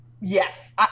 Yes